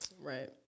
Right